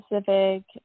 specific